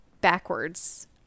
backwards